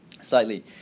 slightly